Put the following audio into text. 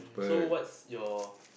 so what's your